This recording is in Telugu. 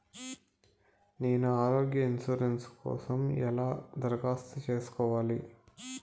నేను ఆరోగ్య ఇన్సూరెన్సు కోసం ఎలా దరఖాస్తు సేసుకోవాలి